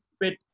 fit